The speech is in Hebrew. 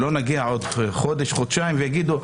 שלא נגיע עוד חודש חודשיים ויגידו: